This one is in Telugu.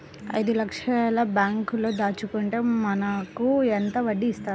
ఐదు లక్షల బ్యాంక్లో దాచుకుంటే మనకు ఎంత వడ్డీ ఇస్తారు?